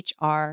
HR